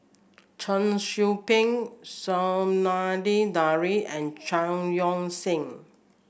Cheong Soo Pieng Zainudin Nordin and Chao Yoke San